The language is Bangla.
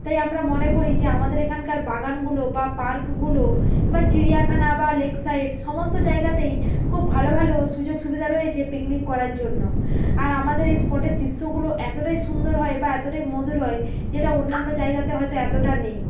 তাই আমরা মনে করি যে আমাদের এখানকার বাগানগুলো বা পার্কগুলো বা চিড়িয়াখানা বা লেক সাইড সমস্ত জায়গাতেই খুব ভালো ভালো সুযোগ সুবিধা রয়েছে পিকনিক করার জন্য আর আমাদের এই স্পটের দৃশ্যগুলো এতটাই সুন্দর হয় বা এতটাই মধুর হয় যেটা অন্যান্য জায়গাতে হয়তো এতটা নেই